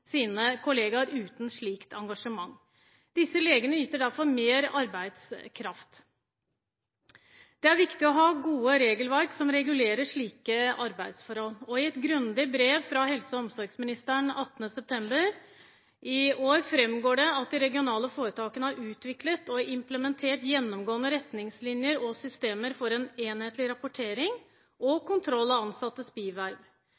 sine kolleger uten slikt engasjement. Disse legene yter derfor mer arbeidskraft. Det er viktig å ha gode regelverk som regulerer slike arbeidsforhold. I et grundig brev fra helse- og omsorgsministeren 18. september i år framgår det at de regionale foretakene har utviklet og implementert gjennomgående retningslinjer og systemer for en enhetlig rapportering og